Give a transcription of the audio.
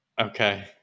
okay